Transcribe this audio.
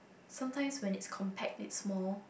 sometimes when it's compact it's small